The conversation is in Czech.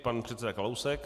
Pan předseda Kalousek.